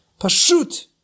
Pashut